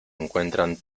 encuentran